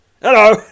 Hello